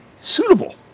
suitable